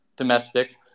Domestic